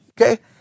Okay